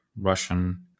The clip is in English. Russian